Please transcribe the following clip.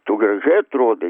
tu gražiai atrodai